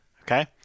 Okay